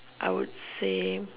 I would say